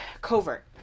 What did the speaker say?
covert